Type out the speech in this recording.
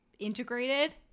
Integrated